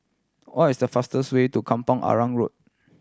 what is the fastest way to Kampong Arang Road